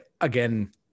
Again